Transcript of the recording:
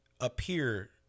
appear